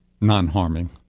non-harming